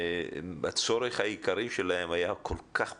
הצורך העיקרי שלהם היה כל-כך פשוט,